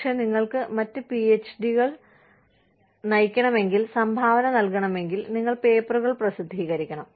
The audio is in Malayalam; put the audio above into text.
പക്ഷേ നിങ്ങൾക്ക് മറ്റ് പിഎച്ച്ഡികൾ നയിക്കണമെങ്കിൽ സംഭാവന നൽകണമെങ്കിൽ നിങ്ങൾ പേപ്പറുകൾ പ്രസിദ്ധീകരിക്കണം